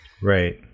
Right